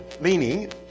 meaning